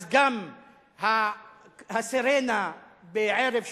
אז גם הסירנה בערב שבת,